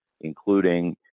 including